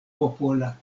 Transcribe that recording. popola